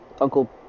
uncle